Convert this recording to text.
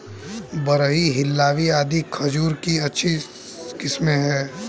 Barhi, Hillawi आदि खजूर की अच्छी किस्मे हैं